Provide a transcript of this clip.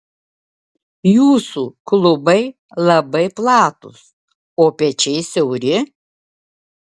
jūsų klubai labai platūs o pečiai siauri